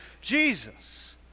Jesus